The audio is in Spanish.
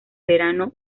verano